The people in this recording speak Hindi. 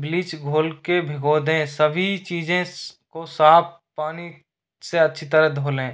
ब्लीच घोल के भिगो दें सभी चीज़ें को साफ़ पानी से अच्छी तरह धो लें